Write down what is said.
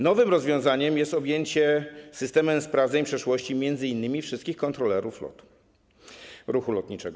Nowym rozwiązaniem jest objęcie systemem sprawdzeń przeszłości m.in. wszystkich kontrolerów lotu, ruchu lotniczego.